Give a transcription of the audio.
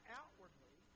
outwardly